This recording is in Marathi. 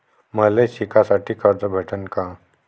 मले शिकासाठी कर्ज भेटन का?